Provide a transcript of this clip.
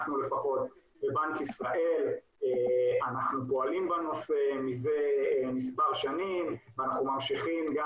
אנחנו בבנק ישראל פועלים בנושא מזה מספר שנים ואנחנו ממשיכים גם